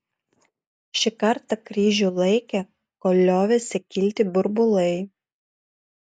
šį kartą kryžių laikė kol liovėsi kilti burbulai